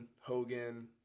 Hogan